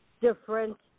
different